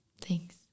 Thanks